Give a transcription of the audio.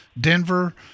Denver